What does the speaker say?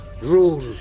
rule